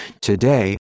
Today